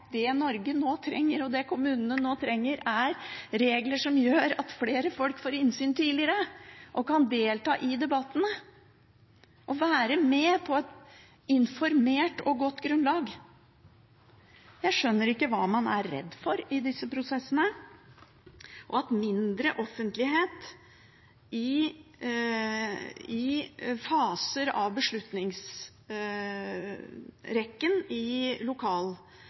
det Norge og kommunene nå trenger, er regler som gjør at flere folk får innsyn tidligere og kan delta i debattene og være med på et informert og godt grunnlag. Jeg skjønner ikke hva man er redd for i disse prosessene. Mindre offentlighet i faser av beslutningsrekken i